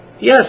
Yes